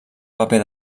paper